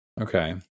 Okay